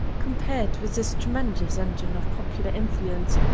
compared with this tremendous engine of popular influence,